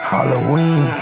Halloween